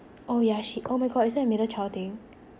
oh yeah she oh my god is it a middle child thing